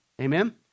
Amen